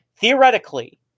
theoretically